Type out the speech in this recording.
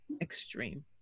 extreme